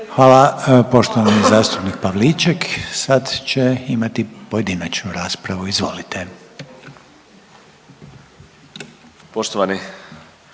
Hvala. Poštovani zastupnik Pavliček sad će imati pojedinačnu raspravu, izvolite.